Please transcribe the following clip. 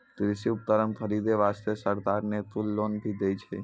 कृषि उपकरण खरीदै वास्तॅ सरकार न कुल लोन भी दै छै